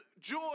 joy